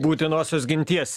būtinosios ginties